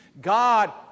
God